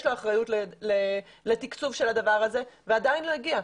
לו אחריות לתקצוב של הדבר הזה וזה עדיין לא הגיע.